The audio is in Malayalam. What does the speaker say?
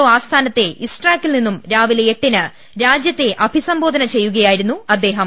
ഒ ആസ്ഥാ നത്തെ ഇസ്ട്രാക്കിൽ നിന്നും രാവിലെ എട്ടിന് രാജ്യത്തെ അഭി സംബോധന ചെയ്യുകയായിരുന്നു അദ്ദേഹം